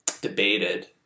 debated